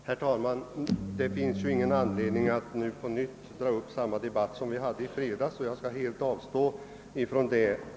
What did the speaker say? Herr talman! Det finns ingen anledning att på nytt dra upp samma debatt som vi hade i fredags; jag skall också helt avstå från det.